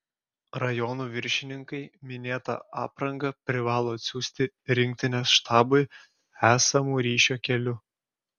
rajonų viršininkai minėtą aprangą privalo atsiųsti rinktinės štabui esamu ryšio keliu